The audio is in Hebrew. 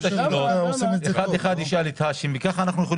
לאחר מכן כל אחד ישאל את האשם את השאלות שיש לו וכך נוכל